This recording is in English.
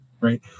Right